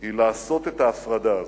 היא לעשות את ההפרדה הזאת,